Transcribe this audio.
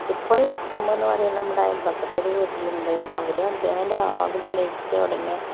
ഇപ്പോൾ F M എന്ന് പറയുന്നത് നമ്മുടെ അയൽവക്കത്തൊര് വീട്ടിൽ ഉണ്ട് അവിടെ അദ്ദേഹം രാവിലെ എണീറ്റ ഉടനെ